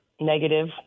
negative